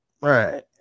right